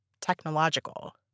technological